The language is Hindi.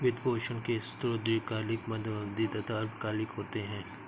वित्त पोषण के स्रोत दीर्घकालिक, मध्य अवधी तथा अल्पकालिक होते हैं